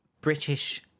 British